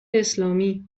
اسلامی